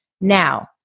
Now